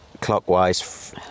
clockwise